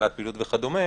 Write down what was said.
הגבלת פעילות וכדומה.